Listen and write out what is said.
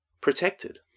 Protected